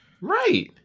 Right